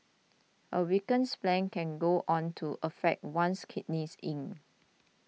a weakened spleen can go on to affect one's kidney yin